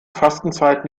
fastenzeit